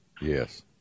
Yes